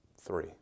Three